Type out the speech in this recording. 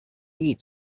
eat